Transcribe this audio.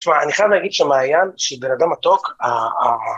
תשמע, אני חייב להגיד שהמעיין, שבן אדם מתוק,